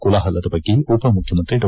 ಕೋಲಾಹಲದ ಬಗ್ಗೆ ಉಪಮುಖ್ಯಮಂತ್ರಿ ಡಾ